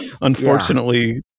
unfortunately